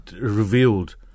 revealed